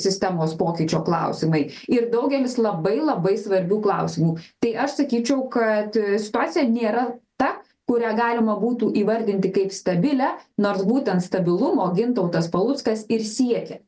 sistemos pokyčio klausimai ir daugelis labai labai svarbių klausimų tai aš sakyčiau kad situacija nėra ta kurią galima būtų įvardinti kaip stabilią nors būtent stabilumo gintautas paluckas ir siekia